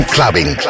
Clubbing